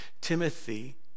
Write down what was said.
Timothy